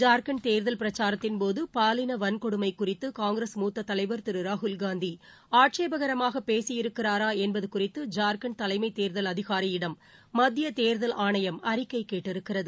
ஜார்கண்ட் தேர்தல் பிரச்சாரத்தின் போது பாலின வன்கொடுமை குறித்து காங்கிரஸ் மூத்த தலைவர் திரு ராகுல் காந்தி ஆட்சேபகரமாக பேசியிருக்கிறாரா என்பது குறித்து ஜார்கண்ட் தலைமைத் தேர்தல் அதிகாரியிடம் மத்திய தேர்தல் ஆணையம் அறிக்கை கேட்டிருக்கிறது